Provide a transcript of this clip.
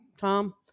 Tom